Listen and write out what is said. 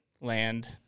land